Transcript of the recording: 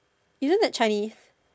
isn't that Chinese